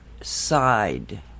side